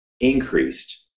increased